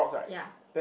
ya